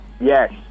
Yes